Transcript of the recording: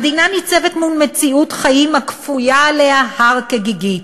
המדינה ניצבת מול מציאות חיים הכפויה עליה הר כגיגית,